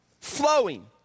flowing